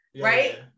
Right